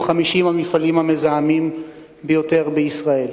או את 50 המפעלים המזהמים ביותר בישראל.